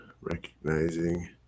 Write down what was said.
recognizing